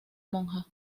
monja